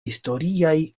historiaj